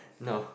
no